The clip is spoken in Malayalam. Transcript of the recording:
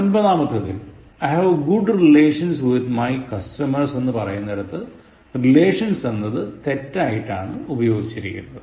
ഒൻപതാമത്തെതിൽ I have good relations with my customers എന്ന് പറയുന്നിടത്ത് relations എന്നത് തെറ്റായിട്ടാണ് ഉപയോഗിച്ചിരിക്കുന്നത്